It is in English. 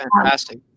fantastic